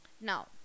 Now